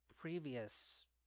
previous